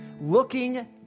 looking